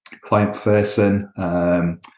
client-facing